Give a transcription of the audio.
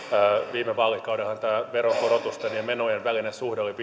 viime vaalikaudellahan tämä veronkorotusten ja menojen välinen suhde oli